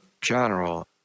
General